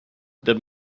the